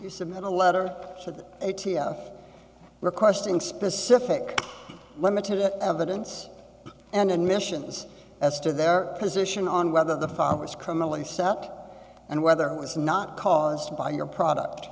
you submit a letter to the a t f requesting specific limited evidence and admissions as to their position on whether the farmers criminally suck and whether it was not caused by your product